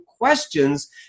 questions